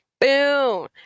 boom